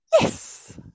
Yes